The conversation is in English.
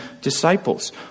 disciples